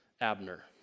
Abner